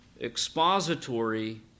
expository